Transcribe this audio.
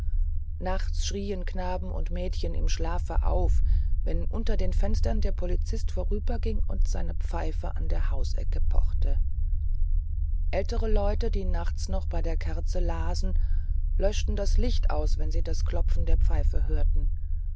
nachts schrien knaben und mädchen im schlafe auf wenn unter den fenstern der polizist vorüberging und seine pfeife an die hausecke pochte ältere leute die nachts noch bei der kerze lasen löschten das licht aus wenn sie das klopfen der pfeife hörten